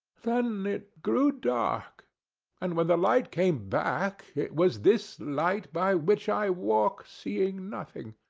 then it grew dark and when the light came back it was this light by which i walk seeing nothing.